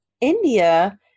India